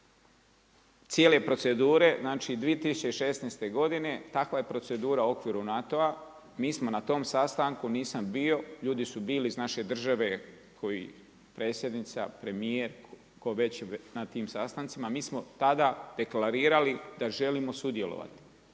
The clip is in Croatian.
cijele procedure znači 2016. godine takva je procedura u okviru NATO-a, mi smo na tom sastanku, nisam bio, ljudi su bili iz naše države kao i predsjednica, premijer, tko već na tim sastancima, mi smo tada deklarirali da želimo sudjelovati.